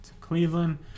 Cleveland